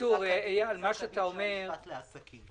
פסק הדין של המשפט לעסקים.